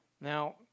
Now